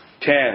ten